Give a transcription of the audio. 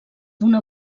d’una